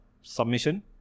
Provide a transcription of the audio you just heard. submission